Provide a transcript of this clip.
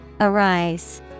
Arise